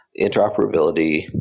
Interoperability